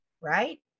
right